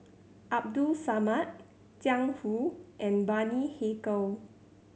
Abdul Samad Jiang Hu and Bani Haykal